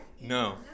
No